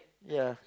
yeah